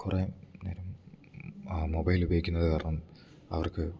കുറെ നേരം മൊബൈൽ ഉപയോഗിക്കുന്നത് കാരണം അവർക്ക്